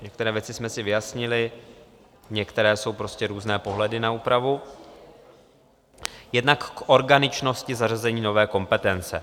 Některé věci jsme si vyjasnili, některé jsou prostě různé pohledy na úpravu, jednak k organičnosti zařazení nové kompetence.